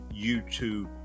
YouTube